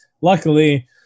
Luckily